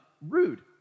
Rude